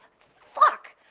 fuck!